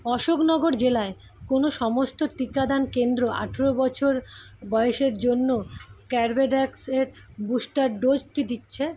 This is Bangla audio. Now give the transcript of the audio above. অশোকনগর জেলায় কোন সমস্ত টিকাদান কেন্দ্র আঠেরো বছর বয়সের জন্য কর্বেভ্যাক্সের বুস্টার ডোজটি দিচ্ছে